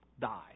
die